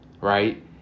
right